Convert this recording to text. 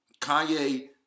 Kanye